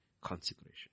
consecration